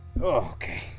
okay